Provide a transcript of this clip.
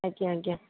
ଆଜ୍ଞା ଆଜ୍ଞା